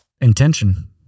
intention